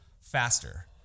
faster